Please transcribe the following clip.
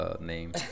name